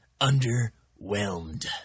underwhelmed